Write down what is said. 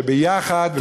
שביחד,